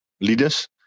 leaders